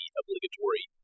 obligatory